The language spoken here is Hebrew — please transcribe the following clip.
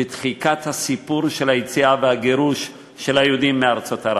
בדחיקת הסיפור של היציאה והגירוש של היהודים מארצות ערב,